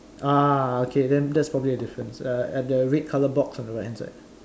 ah okay then that's probably a difference uh at the red color box on the right hand side